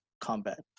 combat